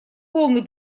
полный